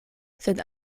sed